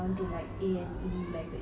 then it was so bad lah